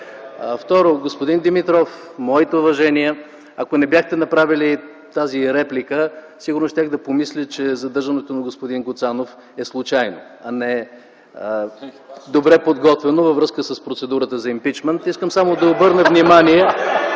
Второ, господин Димитров, моите уважения - ако не бяхте направили тази реплика, сигурно щях да помисля, че задържането на господин Гуцанов е случайно, а не e добре подготвено във връзка с процедурата за импийчмънт. (Смях и реплики